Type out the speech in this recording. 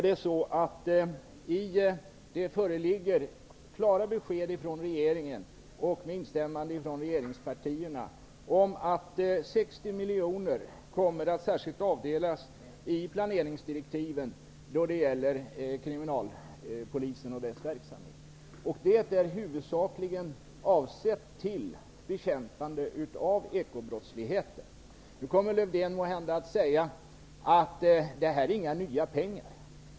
Det föreligger klara besked från regeringen, med instämmande från regeringspartierna, om att 60 miljoner kommer att särskilt avdelas i planeringsdirektiven för Kriminalpolisens verksamhet. Dessa medel är huvudsakligen avsedda för bekämpande av ekobrottsligheten. Nu kommer Lövdén måhända att säga att detta inte är några nya pengar.